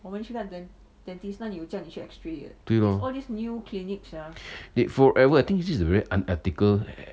对 lor forever orh I think this is a very unethical